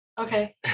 Okay